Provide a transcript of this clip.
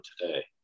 today